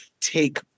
take